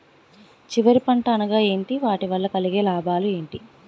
చివరి పంట అనగా ఏంటి వాటి వల్ల కలిగే లాభాలు ఏంటి